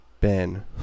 Ben